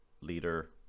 leader